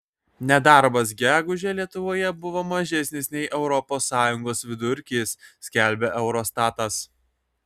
nedarbas gegužę lietuvoje buvo mažesnis nei europos sąjungos vidurkis skelbia eurostatas